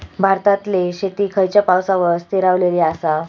भारतातले शेती खयच्या पावसावर स्थिरावलेली आसा?